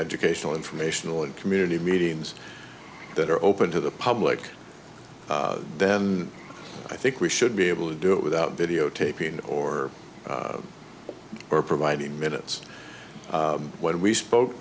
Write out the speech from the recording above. educational informational and community meetings that are open to the public then i think we should be able to do it without videotaping or or providing minutes when we spoke